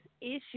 issue